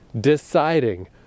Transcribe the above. deciding